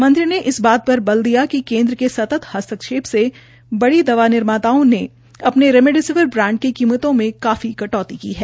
मंत्री ने इस बात पर बल दिया कि केन्द्र क सतत हस्तक्षेप से बड़ी दवा निर्माताओं ने अपने रेमडोसिविर ब्रांड की कीमतों में काफी कटौती की है